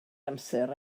amser